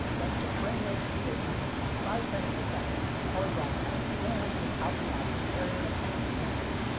thus the frame rate could stay an and even twenty five frames per second once color broadcasts began without the audio carrier affecting the image.